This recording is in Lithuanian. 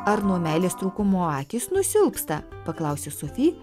ar nuo meilės trūkumo akys nusilpsta paklausė sofi